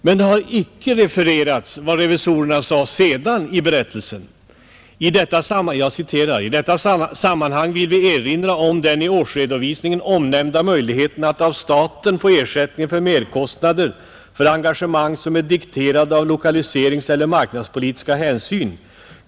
Men det har icke lika mycket refererats vad revisorerna sagt senare i berättelsen: ”I detta sammanhang vill vi erinra om den i årsredovisningen omnämnda möjligheten att av staten få ersättning för merkostnader för engagemang som är dikterade av lokaliseringseller marknadspolitiska hänsyn.